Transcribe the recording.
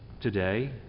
today